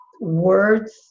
words